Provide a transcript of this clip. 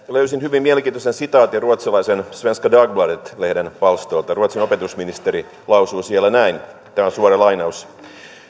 löysin hyvin mielenkiintoisen sitaatin ruotsalaisen svenska dagbladet lehden palstoilta ruotsin opetusministeri lausuu siellä näin tämä on suora lainaus